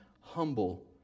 humble